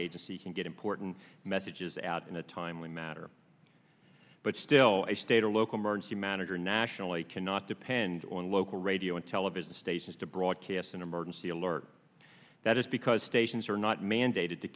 agency can get important messages out in a timely matter but still a state or local emergency manager nationally cannot depend on local radio and television stations to broadcast an emergency alert that is because stations are not mandated to